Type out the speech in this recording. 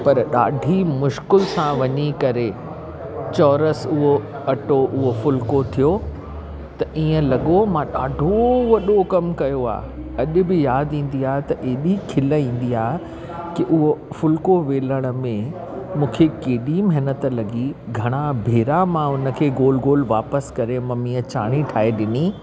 पर ॾाढी मुश्कल सां वञी करे चोरस उहो अटो उहो फुल्को थियो त ईअं लॻो मां ॾाढो वॾो कमु कयो आहे अॼु बि यादि ईंदी आहे त एॾी खिल ईंदी आहे की उहो फुल्को वेलण में मूंखे केॾी महिनत लॻी घणा भेरा मां उनखे गोल गोल वापिसि करे मम्मीअ चाणी ठाहे ॾिनी